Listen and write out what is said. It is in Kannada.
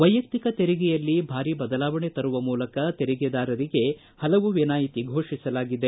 ವೈಯಕ್ತಿಕ ತೆರಿಗೆಯಲ್ಲಿ ಭಾರಿ ಬದಲಾವಣೆ ತರುವ ಮೂಲಕ ತೆರಿಗೆದಾರರಿಗೆ ಹಲವು ವಿನಾಯಿತಿ ಘೋಷಿಸಲಾಗಿದೆ